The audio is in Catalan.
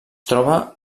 troba